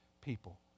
people